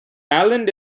island